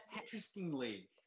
interestingly